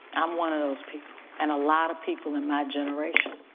i'm one of those people and a lot of people in my generation,